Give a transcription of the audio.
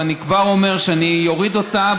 ואני כבר אומר שאני אוריד אותה,